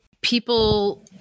people